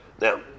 Now